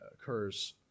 occurs